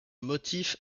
motif